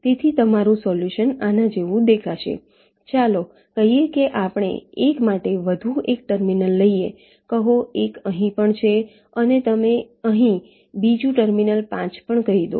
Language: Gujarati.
તેથી તમારું સોલ્યુશન આના જેવું દેખાશે ચાલો કહીએ કે આપણે 1 માટે વધુ એક ટર્મિનલ લઈએ કહો 1 અહીં પણ છે અને તમે અહીં બીજું ટર્મિનલ 5 પણ કહી દો